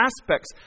aspects